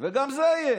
גם זה יהיה.